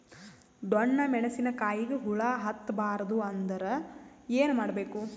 ಡೊಣ್ಣ ಮೆಣಸಿನ ಕಾಯಿಗ ಹುಳ ಹತ್ತ ಬಾರದು ಅಂದರ ಏನ ಮಾಡಬೇಕು?